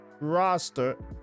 roster